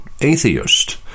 atheist